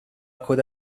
could